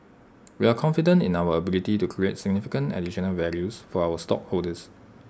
we are confident in our ability to create significant additional values for our stockholders